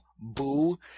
Boo